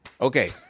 Okay